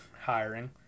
hiring